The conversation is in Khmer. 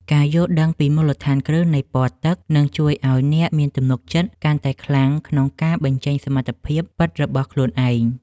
ការយល់ដឹងពីមូលដ្ឋានគ្រឹះនៃពណ៌ទឹកនឹងជួយឱ្យអ្នកមានទំនុកចិត្តកាន់តែខ្លាំងក្នុងការបញ្ចេញសមត្ថភាពពិតរបស់ខ្លួនឯង។